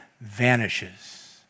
vanishes